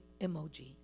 emoji